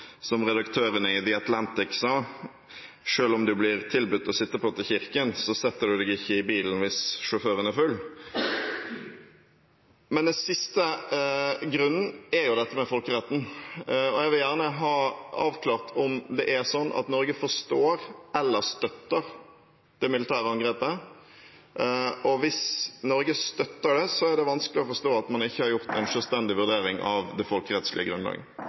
Som redaktøren i The Atlantic sa: Selv om du blir tilbudt å sitte på til kirken, setter du deg ikke i bilen hvis sjåføren er full. Men den siste grunnen er dette med folkeretten. Jeg vil gjerne ha avklart om det er sånn at Norge forstår eller støtter det militære angrepet. Og hvis Norge støtter det, er det vanskelig å forstå at man ikke har gjort en selvstendig vurdering av det folkerettslige grunnlaget.